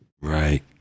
Right